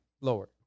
lower